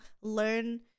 learn